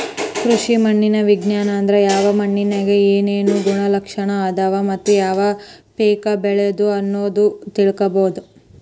ಕೃಷಿ ಮಣ್ಣಿನ ವಿಜ್ಞಾನ ಅಂದ್ರ ಯಾವ ಮಣ್ಣಿನ್ಯಾಗ ಏನೇನು ಗುಣಲಕ್ಷಣ ಅದಾವ ಮತ್ತ ಯಾವ ಪೇಕ ಬೆಳಿಬೊದು ಅನ್ನೋದನ್ನ ತಿಳ್ಕೋಬೋದು